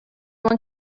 one